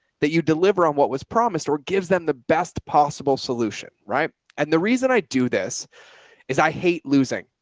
that you deliver on what was promised or gives them the best possible solution. right. and the reason i do this is i hate losing.